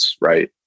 right